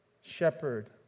shepherd